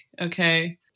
okay